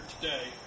today